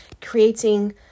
creating